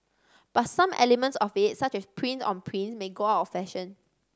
but some elements of it such as prints on prints may go out of fashion